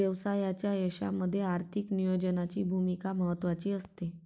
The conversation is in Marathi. व्यवसायाच्या यशामध्ये आर्थिक नियोजनाची भूमिका महत्त्वाची असते